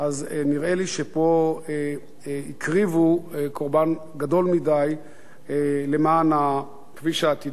אז נראה לי שפה הקריבו קורבן גדול מדי למען הכביש העתידי,